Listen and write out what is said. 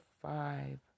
five